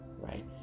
right